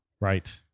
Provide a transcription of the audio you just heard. Right